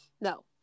no